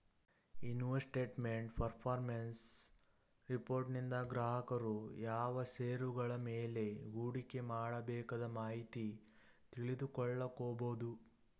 investment performance ರಿಪೋರ್ಟನಿಂದ ಗ್ರಾಹಕರು ಯಾವ ಶೇರುಗಳ ಮೇಲೆ ಹೂಡಿಕೆ ಮಾಡಬೇಕದ ಮಾಹಿತಿ ತಿಳಿದುಕೊಳ್ಳ ಕೊಬೋದು